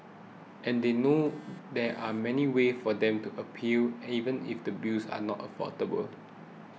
and they know there are many ways for them to appeal even if the bills are not affordable